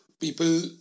people